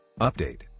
Update